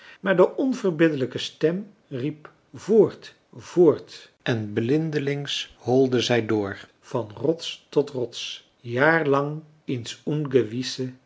maar de onverbiddelijke stem riep voort voort en blindelings holde zij door van rots tot rots jahrlang in